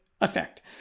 effect